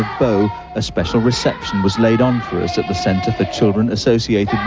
bo a special reception was laid on for us at the centre for children associated